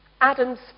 Adam's